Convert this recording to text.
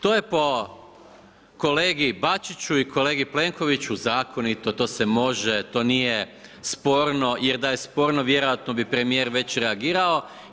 To je po kolegi Bačiću i kolegu Plenkoviću zakonito, to se može, to nije sporno jer da je sporno vjerojatno bi premijer već reagirao.